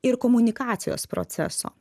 ir komunikacijos proceso